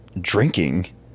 Drinking